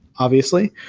obviously.